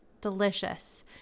delicious